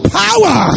power